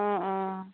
অঁ অঁ